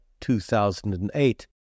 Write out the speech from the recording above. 2008